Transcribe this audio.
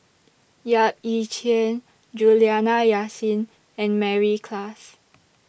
Yap Ee Chian Juliana Yasin and Mary Klass